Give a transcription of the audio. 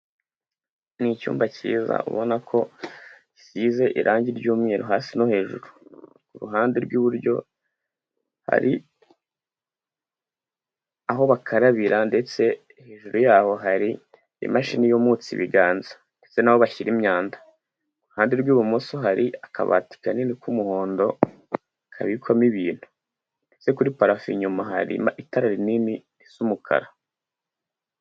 Ni cyumba cyiza ubonako gisize irangi ry'umweru hasi no hejuru, ku ruhande rw'iburyo hari aho bakarabira ndetse hejuru y'aho hari imashini yumutse ibiganza ndetse n'aho bashyira imyanda, iruhande rw'ibumoso hari akabati kanini k'umuhondo kabikwamo ibintu ndetse kuri parafo inyuma hari itara rinini risa umukara.